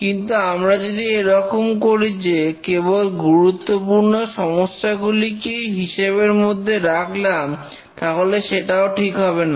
কিন্তু আমরা যদি এরকম করি যে কেবল গুরুত্বপূর্ণ সমস্যাগুলিকেই হিসেবের মধ্যে রাখলাম তাহলে সেটাও ঠিক হবে না